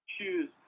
choose